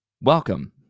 Welcome